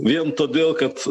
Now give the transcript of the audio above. vien todėl kad